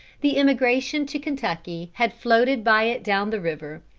the emigration to kentucky had floated by it down the river,